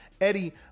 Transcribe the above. Eddie